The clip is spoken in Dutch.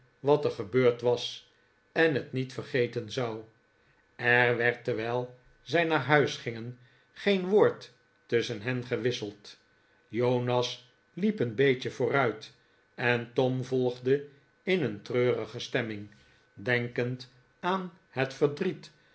wat er gebeurd was en het niet vergeten zou er werd terwijl zij naar huis gingen geen woord tusschen hen gewisseld jonas hep een beetje vooruit en tom volgde in een treurige stemming denkend aan het verdriet